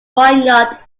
vineyard